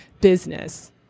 business